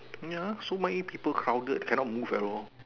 ya so many people crowded can not move at all